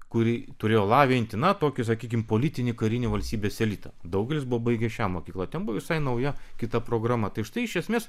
kuri turėjo lavinti na tokį sakykim politinį karinį valstybės elitą daugelis buvo baigę šią mokyklą ten buvo visai nauja kita programa tai štai iš esmės